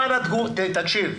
תקשיב,